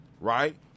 Right